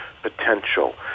potential